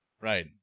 Right